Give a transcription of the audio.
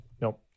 Nope